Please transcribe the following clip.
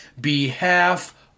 behalf